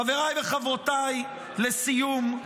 חבריי וחברותיי, לסיום,